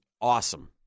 awesome